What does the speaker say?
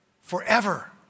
forever